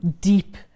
deep